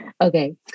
Okay